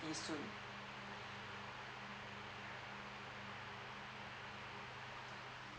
soon